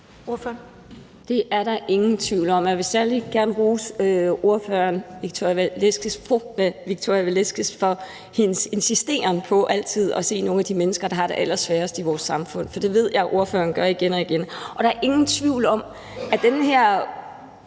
Det er der ingen tvivl om, og jeg vil især gerne rose fru Victoria Velasquez for hendes insisteren på altid at se nogle af de mennesker, der har det allersværest i vores samfund, for det ved jeg at ordføreren gør igen og igen. Og der er ingen tvivl om, at den her